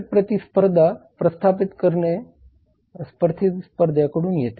थेट स्पर्धा प्रस्थापित प्रतिस्पर्ध्यांकडून येते